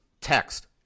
text